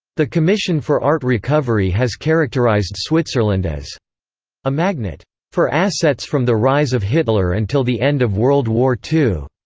the commission for art recovery has characterized switzerland as a magnet for assets from the rise of hitler until the end of world war ii.